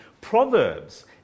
Proverbs